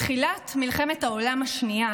בתחילת מלחמת העולם השנייה,